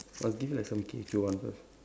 I'll give you like some K if you want first